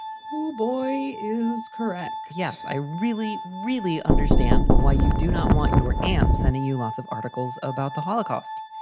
oh, boy is correct. yes. i really, really understand why you do not want your amp sending you lots of articles about the holocaust.